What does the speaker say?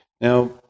Now